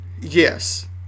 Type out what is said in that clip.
Yes